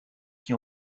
qui